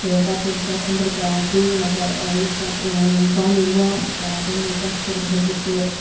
تہٕ پَتہٕ چھَس بہٕ تَتھ أنٛدرٕ ترٛاوان فرٛیم مگر یُس تَتھ پانہٕ ؤنۍ واٹھ چھِ کران تَمۍ موٗ تَتھ خٲطرٕ چھَس بہٕ سُہ